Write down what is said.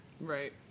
Right